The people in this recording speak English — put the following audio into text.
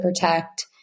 protect